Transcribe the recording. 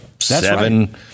Seven